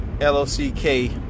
L-O-C-K